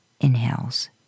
inhales